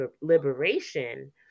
liberation